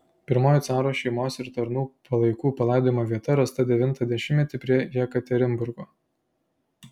pirmoji caro šeimos ir tarnų palaikų palaidojimo vieta rasta devintą dešimtmetį prie jekaterinburgo